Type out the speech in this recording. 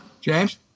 James